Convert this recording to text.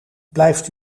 blijft